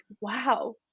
wow